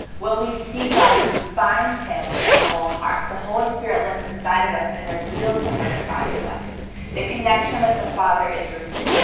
when we seek, god, we find him with our whole hearts the holy spirit lives inside of us and reveals the heart of god to us the connection with the father is restored